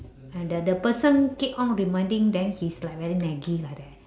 like the the person keep on reminding then he's like very naggy like that